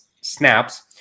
snaps